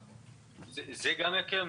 זה גם יקל עלינו.